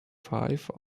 five